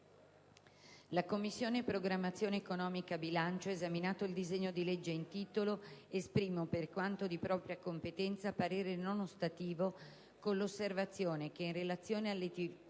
«La Commissione programmazione economica, bilancio, esaminato il disegno di legge in titolo, esprime, per quanto di propria competenza, parere non ostativo con l'osservazione che in relazione all'attività